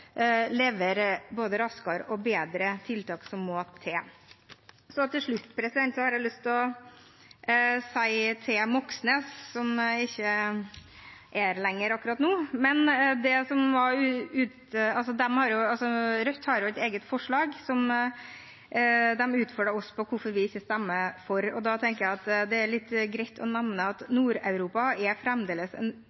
levere både raskere og bedre tiltak – som må til? Til slutt har jeg lyst til å si til representanten Moxnes, som ikke er her lenger nå: Rødt har et eget forslag som de utfordret oss på hvorfor vi ikke stemmer for. Da tenker jeg at det er litt greit å nevne at